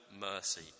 mercy